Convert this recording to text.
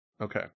Okay